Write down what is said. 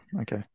okay